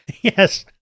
Yes